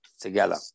together